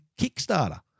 Kickstarter